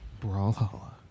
Brawl